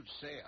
sale